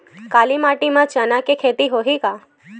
काली माटी म चना के खेती होही का?